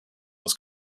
this